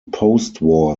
postwar